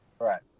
Right